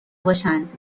باشند